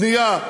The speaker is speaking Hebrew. בנייה,